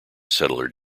settler